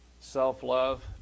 self-love